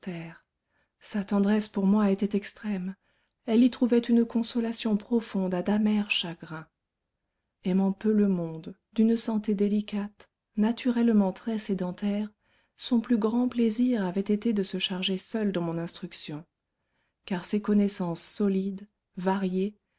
sa tendresse pour moi était extrême elle y trouvait une consolation profonde à d'amers chagrins aimant peu le monde d'une santé délicate naturellement très sédentaire son plus grand plaisir avait été de se charger seule de mon instruction car ses connaissances solides variées